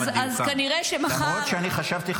למרות שאני חשבתי,